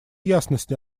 ясности